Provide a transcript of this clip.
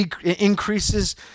increases